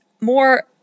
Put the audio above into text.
more